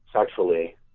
sexually